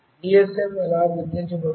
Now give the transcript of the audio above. GSM ఎలా గుర్తించబడుతుంది